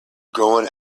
going